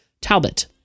Talbot